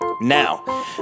Now